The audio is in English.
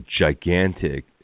gigantic